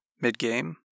mid-game